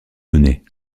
données